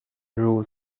rules